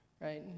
right